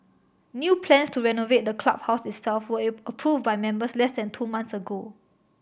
new plans to renovate the clubhouse itself were approved by members less than two months ago